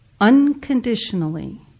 unconditionally